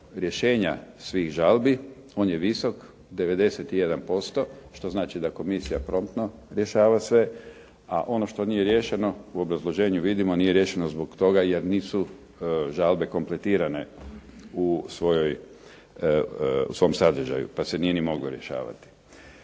rješenja svih žalbi, on je visok 91% što znači da komisija promptno rješava sve, a ono što nije riješeno u obrazloženju vidimo nije riješeno zbog toga jer nisu žalbe kompletirane u svom sadržaju pa se nije ni moglo rješavati.